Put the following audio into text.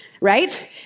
Right